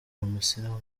umusilamu